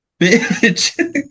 Bitch